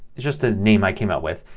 just a name i came up with,